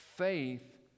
Faith